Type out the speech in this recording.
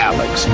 Alex